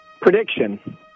Prediction